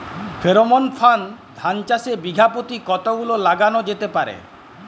Pheromone ফাঁদ ধান চাষে বিঘা পতি কতগুলো লাগানো যেতে পারে?